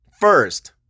first